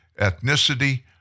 ethnicity